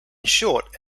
short